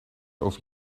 over